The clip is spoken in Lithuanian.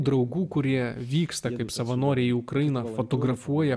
draugų kurie vyksta kaip savanoriai į ukrainą fotografuoja